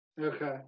Okay